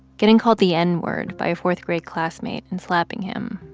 getting called the n-word by a fourth-grade classmate and slapping him,